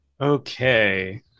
okay